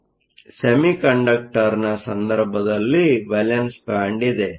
ಆದ್ದರಿಂದ ಸೆಮಿಕಂಡಕ್ಟರ್ ನ ಸಂದರ್ಭದಲ್ಲಿ ವೇಲೆನ್ಸ್ ಬ್ಯಾಂಡ್ಇದೆ